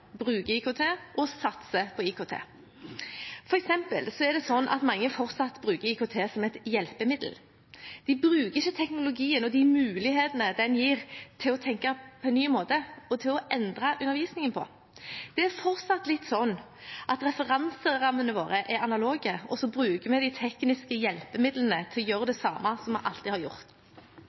som et hjelpemiddel, de bruker ikke teknologien og de mulighetene den gir, til å tenke på en ny måte og endre undervisningen. Det er fortsatt litt sånn at referanserammene våre er analoge, og så bruker vi de tekniske hjelpemidlene til å gjøre det samme som vi alltid har gjort,